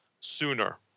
sooner